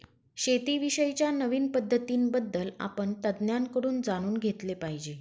शेती विषयी च्या नवीन पद्धतीं बद्दल आपण तज्ञांकडून जाणून घेतले पाहिजे